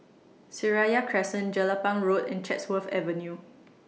Seraya Crescent Jelapang Road and Chatsworth Avenue